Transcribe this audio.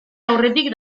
aurretik